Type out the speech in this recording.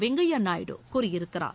வெங்கைய நாயுடு கூறியிருக்கிறார்